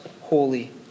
holy